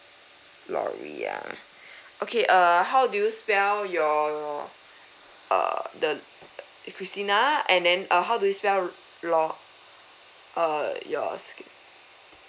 loriyah okay err how do you spell your err the christina and then uh how do you spell lor uh your